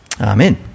Amen